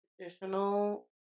traditional